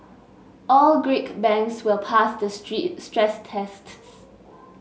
all Greek banks will pass the stress tests